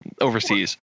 overseas